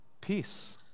peace